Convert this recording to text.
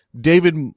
David